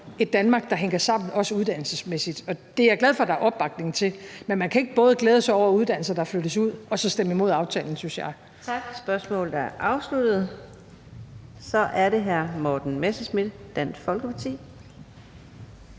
et Danmark, der hænger sammen, også uddannelsesmæssigt. Det er jeg glad for at der er opbakning til, men man kan ikke både glæde sig over uddannelser, der flyttes ud, og så stemme imod aftalen, synes jeg. Kl. 13:58 Fjerde næstformand (Karina Adsbøl): Tak. Spørgsmålet er afsluttet. Så er det hr. Morten Messerschmidt, Dansk Folkeparti.